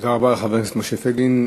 תודה רבה לחבר הכנסת משה פייגלין.